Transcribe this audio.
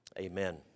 Amen